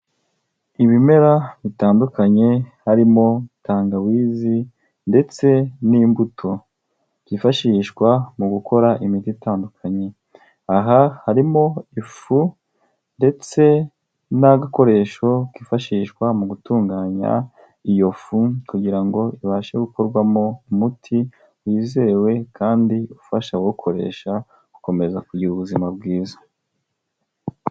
Ibimera bitandukanye, harimo tangawizi ndetse n'imbuto byifashishwa mu gukora imiti itandukanye. Aha harimo ifu ndetse n'agakoresho kifashishwa mu gutunganya iyo fu kugira ngo ibashe gukorwamo umuti wizewe kandi ufasha abawukoresha gukomeza kugira ubuzima bwiza.